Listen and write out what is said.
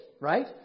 right